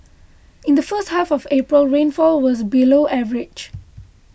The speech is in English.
in the first half of April rainfall was below average